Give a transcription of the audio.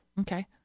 Okay